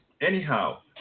Anyhow